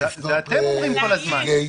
אתם אומרים את זה כל הזמן.